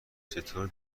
چطور